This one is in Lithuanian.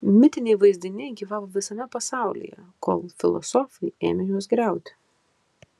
mitiniai vaizdiniai gyvavo visame pasaulyje kol filosofai ėmė juos griauti